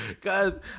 Cause